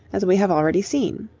as we have already seen.